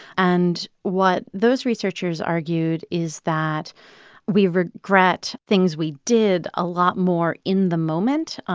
and what those researchers argued is that we regret things we did a lot more in the moment.